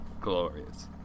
glorious